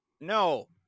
No